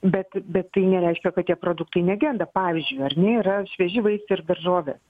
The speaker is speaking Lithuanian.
bet bet tai nereiškia kad tie produktai negenda pavyzdžiui ar ne yra švieži vaisiai ir daržovės